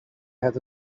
had